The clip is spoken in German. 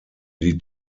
die